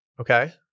Okay